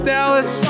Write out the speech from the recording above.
Dallas